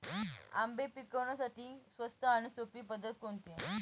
आंबे पिकवण्यासाठी स्वस्त आणि सोपी पद्धत कोणती?